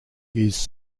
his